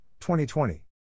2020